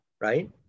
right